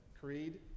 creed